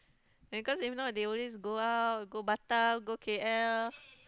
because if not they always go out go Batam go K_L